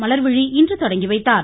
மலர்விழி இன்று தொடங்கி வைத்தார்